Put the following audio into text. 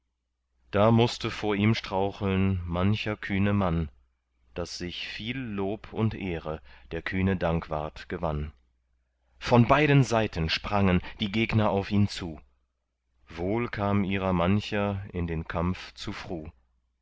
da mußte vor ihm straucheln mancher kühne mann daß sich viel lob und ehre der kühne dankwart gewann von beiden seiten sprangen die gegner auf ihn zu wohl kam ihrer mancher in den kampf zu fruh